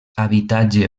habitatge